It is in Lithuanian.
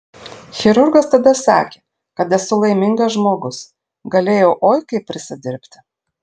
chirurgas tada sakė kad esu laimingas žmogus galėjau oi kaip prisidirbti